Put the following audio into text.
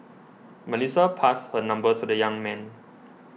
Melissa passed her number to the young man